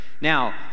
Now